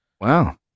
Wow